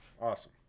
Awesome